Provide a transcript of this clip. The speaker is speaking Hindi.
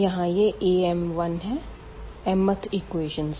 यहाँ यह am1 है mth इक्वेशन से